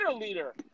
leader